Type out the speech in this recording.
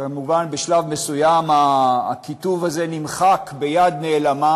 כמובן בשלב מסוים הכיתוב הזה נמחק ביד נעלמה,